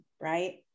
Right